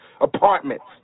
apartments